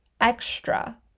extra